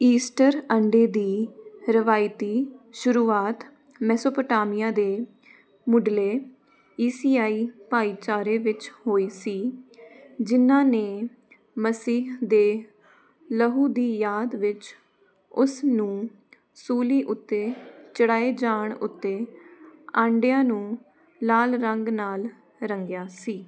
Easter ਅੰਡੇ ਦੀ ਰਵਾਇਤੀ ਸ਼ੁਰੂਆਤ ਮੇਸੋਪੋਟੇਮੀਆ ਦੇ ਮੁੱਢਲੇ ਈਸਾਈ ਭਾਈਚਾਰੇ ਵਿੱਚ ਹੋਈ ਸੀ ਜਿਨ੍ਹਾਂ ਨੇ ਮਸੀਹ ਦੇ ਲਹੂ ਦੀ ਯਾਦ ਵਿੱਚ ਉਸ ਨੂੰ ਸੂਲੀ ਉੱਤੇ ਚੜ੍ਹਾਏ ਜਾਣ ਉੱਤੇ ਅੰਡਿਆਂ ਨੂੰ ਲਾਲ ਰੰਗ ਨਾਲ ਰੰਗਿਆ ਸੀ